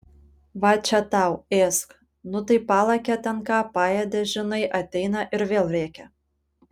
va čia tau ėsk nu tai palakė ten ką paėdė žinai ateina ir vėl rėkia